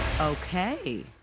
Okay